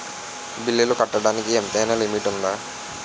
బిల్లులు కట్టడానికి ఎంతైనా లిమిట్ఉందా?